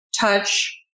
touch